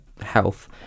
health